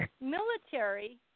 Military